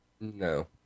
No